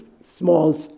small